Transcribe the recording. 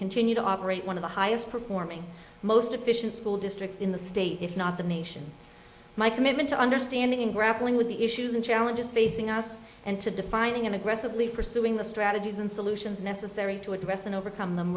continue to operate one of the highest performing most efficient school districts in the state if not the nation my commitment to understanding in grappling with the issues and challenges facing us and to defining and aggressively pursuing the strategies and solutions necessary to address and overcome them